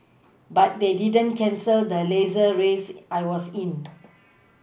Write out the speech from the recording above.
but they didn't cancel the Laser race I was in